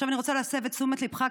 עכשיו אני רוצה להסב את תשומת ליבך,